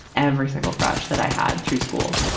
every single crush that i had through school.